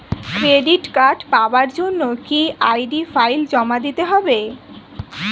Credit card পাওয়ার জন্য কি আই.ডি ফাইল জমা দিতে হবে?